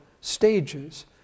stages